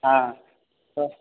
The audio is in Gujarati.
હા હ